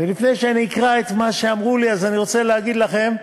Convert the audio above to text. לפני שאקרא את מה שאמרו לי, אני רוצה להגיד לכם,